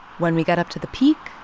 when we get up to the peak,